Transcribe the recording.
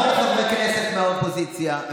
המון חברי כנסת מהקואליציה,